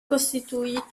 costituito